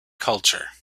culture